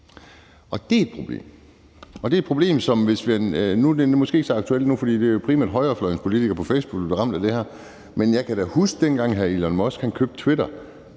det er et problem. Det er måske ikke så aktuelt nu, for det er jo primært højrefløjens politikere på Facebook, der bliver ramt af det her, men jeg kan da huske dengang, da Elon Musk købte Twitter,